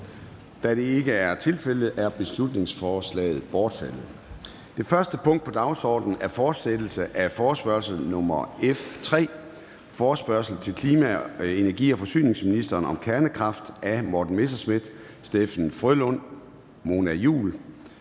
Da det ikke er tilfældet, er beslutningsforslaget bortfaldet. --- Det første punkt på dagsordenen er: 1) Fortsættelse af forespørgsel nr. F 3 [afstemning]: Forespørgsel til klima-, energi- og forsyningsministeren om kernekraft. Af Morten Messerschmidt (DF), Steffen W. Frølund (LA) og Mona Juul